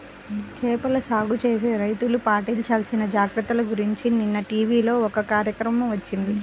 చేపల సాగు చేసే రైతులు పాటించాల్సిన జాగర్తల గురించి నిన్న టీవీలో ఒక కార్యక్రమం వచ్చింది